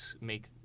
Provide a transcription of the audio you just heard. make